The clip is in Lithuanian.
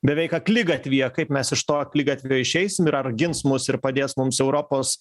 beveik akligatvyje kaip mes iš to akligatvio išeisim ir ar gins mus ir padės mums europos